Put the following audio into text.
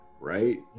right